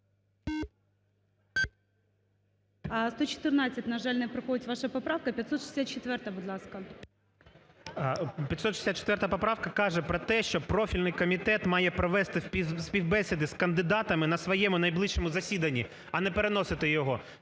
За-114 На жаль, не проходить ваша поправка. 564-а, будь ласка. 13:23:11 РЯБЧИН О.М. 564 поправка каже про те, що профільний комітет має провести співбесіди з кандидатами на своєму найближчому засіданні, а не переносити його.